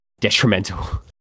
detrimental